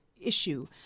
issue